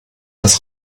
das